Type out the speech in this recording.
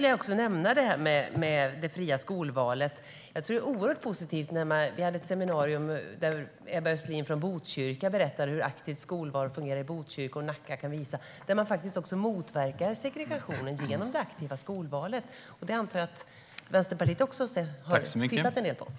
Jag tror att det fria skolvalet är oerhört positivt. Vi hade ett seminarium där Ebba Östlin från Botkyrka berättade hur aktivt skolval fungerar i Botkyrka. Här motverkas segregationen genom det aktiva skolvalet. Jag antar att Vänsterpartiet också har tittat en del på det.